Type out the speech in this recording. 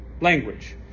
language